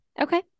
Okay